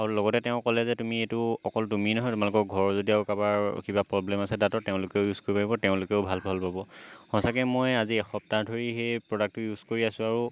আৰু লগতে তেওঁ ক'লে যে তুমি এইটো অকল তুমিয়ে নহয় তোমালোকৰ ঘৰৰ যদি আৰু কাৰোবাৰ কিবা প্ৰব্লেম আছে দাঁতত তেওঁলোকেও ইউজ কৰিব পাৰিব তেওঁলোকেও ভাল ফল পাব সঁচাকৈ মই আজি এসপ্তাহ ধৰি সেই প্ৰডাক্টটো ইউজ কৰি আছোঁ আৰু